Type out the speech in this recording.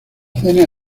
cena